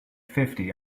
fifty